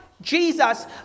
jesus